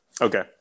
Okay